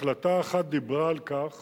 החלטה אחת דיברה על כך